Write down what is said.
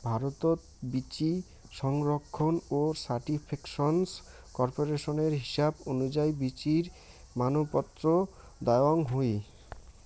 ভারতত বীচি সংরক্ষণ ও সার্টিফিকেশন কর্পোরেশনের হিসাব অনুযায়ী বীচির মানপত্র দ্যাওয়াং হই